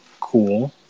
cool